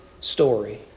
story